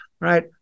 right